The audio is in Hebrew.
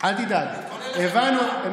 תתכונן לחקירה,